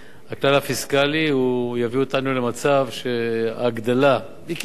הכלל הפיסקלי יביא אותנו למצב שההגדלה בהוצאת